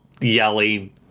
yelling